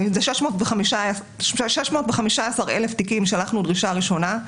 ל- 615,000 תיקים שלחנו דרישה ראשונה.